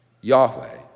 Yahweh